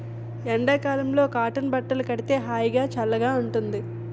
ఎండ కాలంలో కాటన్ బట్టలు కడితే హాయిగా, సల్లగా ఉంటుంది